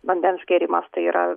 vandens gėrimas tai yra